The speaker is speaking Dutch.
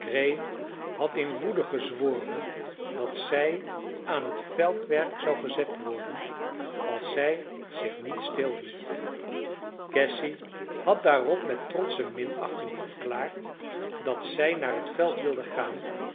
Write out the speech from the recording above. had in woede gezworen dat zij aan het veldwerk zou gezet worden als zij zich niet stilhield cassy had daarop met trotsche minachting verklaard dat zij naar het veld wilde gaan